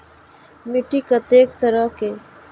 मिट्टी कतेक तरह के?